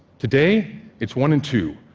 today it's one in two,